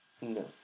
No